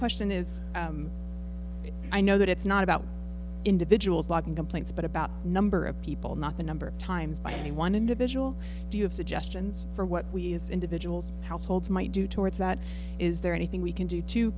question is i know that it's not about individuals liking complaints but about a number of people not the number of times by any one individual do you have suggestions for what we as individuals households might do towards that is there anything we can do to